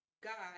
God